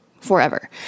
forever